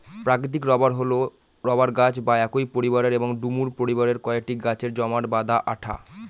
প্রাকৃতিক রবার হল রবার গাছ বা একই পরিবারের এবং ডুমুর পরিবারের কয়েকটি গাছের জমাট বাঁধা আঠা